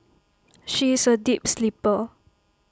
she is A deep sleeper